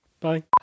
Bye